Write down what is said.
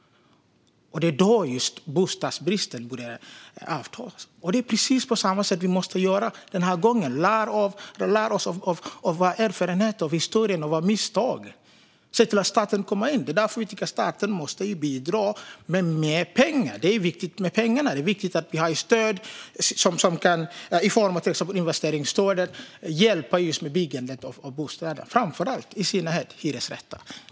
Det var då bostadsbristen började avta. Det är precis på samma sätt vi måste göra den här gången. Vi måste lära oss av erfarenheten, av historien och av misstagen. Se till att staten kommer in! Det är därför vi tycker att staten måste bidra med mer pengar. Det är viktigt med pengarna. Det är viktigt att vi har ett stöd som till exempel i form av investeringsstödet kan hjälpa till med byggandet av bostäder, framför allt och i synnerhet hyresrätter.